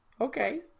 Okay